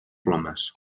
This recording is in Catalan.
plomes